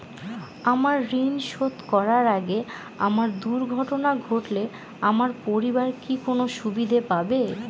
আমার ঋণ শোধ করার আগে আমার দুর্ঘটনা ঘটলে আমার পরিবার কি কোনো সুবিধে পাবে?